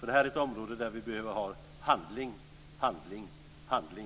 Detta är ett område där vi snarast behöver handling, handling, handling.